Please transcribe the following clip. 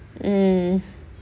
mm